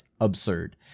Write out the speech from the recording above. Absurd